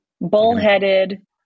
Bullheaded